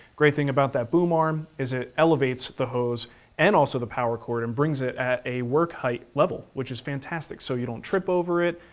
great thing about that boom arm is it elevates the hose and also the power cord and brings it at a work height level which is fantastic so you don't trip over it.